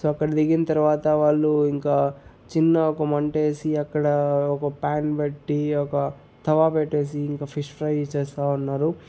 so అక్కడ దిగిన తర్వాత వాళ్ళు ఇంక చిన్న ఒక మంటేసి అక్కడ ఒక ప్యాన్ పెట్టి ఒక తవా పెట్టేసి ఇంక ఫిష్ ఫ్రై చేస్తా ఉన్నారు